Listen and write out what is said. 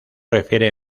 refiere